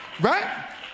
right